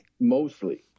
Mostly